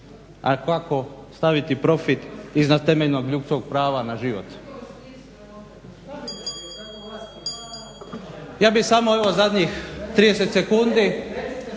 a kako staviti profit iznad temeljnog ljudskog prava na život. … /Upadica se ne